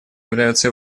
являются